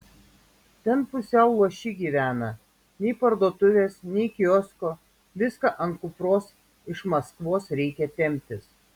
ten pusiau luoši gyvena nei parduotuvės nei kiosko viską ant kupros iš maskvos reikia temptis